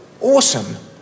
awesome